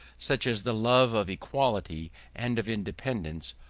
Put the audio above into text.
such as the love of equality and of independence,